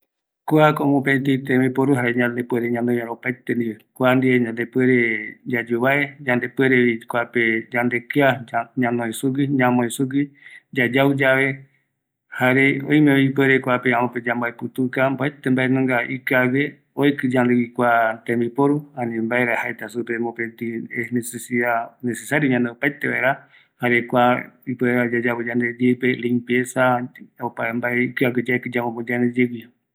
﻿Kuako mopeti tembipora yandepuere vaera ñanoi vaera opaete ndive, kua ndie yandepuere yayuvae, yande puerevi kuape yandekia ya ñanoe sugui, yayoe sugui, jare oimevi amope yambaeputuka, mbaeti mbae nunga ikiague oeki yandegui kua tembiporu, ani mbaera jaeta supe mopeti necesidad necesario ñanoi opaete vaera, jare kua ipuere vaera yayapo yande yeipe limpieza ipuere vaera opa yaeki yande yeigui